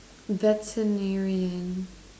veterinarian